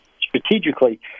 Strategically